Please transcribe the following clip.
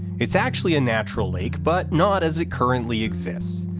it's actually a natural lake, but not as it currently exists.